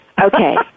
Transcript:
Okay